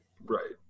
Right